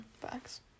facts